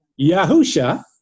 Yahusha